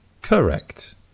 Correct